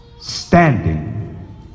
standing